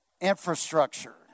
infrastructure